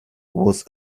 was